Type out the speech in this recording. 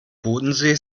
bodensee